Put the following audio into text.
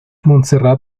montserrat